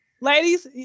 Ladies